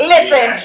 Listen